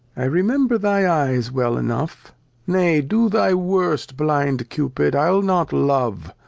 i remember thy eyes well enough nay, do thy worst, blind cupid, i'll not love.